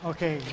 Okay